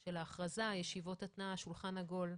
של ההכרזה, ישיבות התנעה, שולחן עגול,